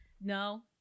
No